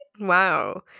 Wow